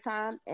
Time